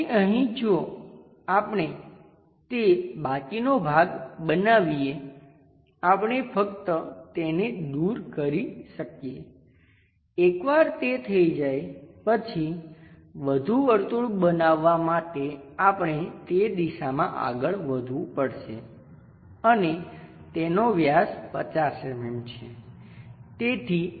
તેથી અહીં જો આપણે તે બાકીનો ભાગ બનાવીએ આપણે ફક્ત તેને દૂર કરી શકીએ એકવાર તે થઈ જાય પછી વધુ વર્તુળ બનાવવાં માટે આપણે તે દિશામાં આગળ વધવું પડશે અને તેનો વ્યાસ 50 mm છે